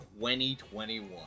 2021